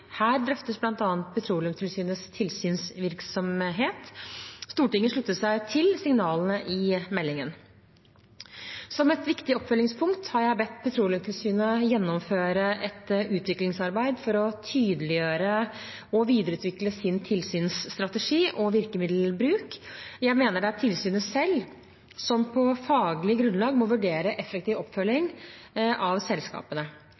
Her drøftes bl.a. Petroleumstilsynets tilsynsvirksomhet. Stortinget sluttet seg til signalene i meldingen. Som et viktig oppfølgingspunkt har jeg bedt Petroleumstilsynet gjennomføre et utviklingsarbeid for å tydeliggjøre og videreutvikle sin tilsynsstrategi og virkemiddelbruk. Jeg mener det er tilsynet selv som på faglig grunnlag må vurdere effektiv oppfølging av selskapene.